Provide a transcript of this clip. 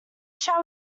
shall